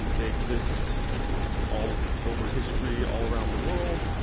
and they exist all over history, all around the world.